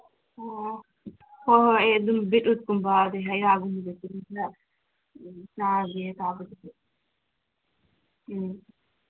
ꯑꯣ ꯍꯣꯏ ꯍꯣꯏ ꯑꯩ ꯑꯗꯨꯝ ꯕꯤꯠꯔꯨꯠꯀꯨꯝꯕ ꯑꯗꯩ ꯍꯩꯔꯥꯒꯨꯝꯕꯁꯦ ꯑꯗꯨꯝ ꯈꯔ ꯆꯥꯒꯦ ꯆꯥꯕꯕꯨꯗꯤ ꯎꯝ